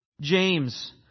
James